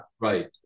Right